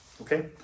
Okay